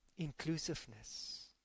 inclusiveness